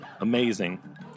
amazing